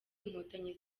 inkotanyi